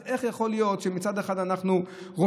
אז איך יכול להיות שמצד אחד אנחנו רוצים,